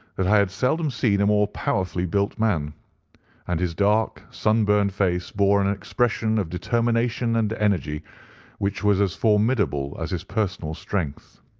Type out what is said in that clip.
that i had seldom seen a more powerfully built man and his dark sunburned face bore an expression of determination and energy which was as formidable as his personal strength.